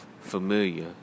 familiar